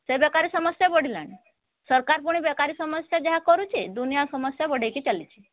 ସେ ବେକାରୀ ସମସ୍ୟା ବଢ଼ିଲାଣି ସରକାର ପୁଣି ବେକାରୀ ସମସ୍ୟା ଯାହା କରୁଛି ଦୁନିଆ ସମସ୍ୟା ବଢ଼େଇକି ଚାଲିଛି